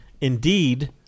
Indeed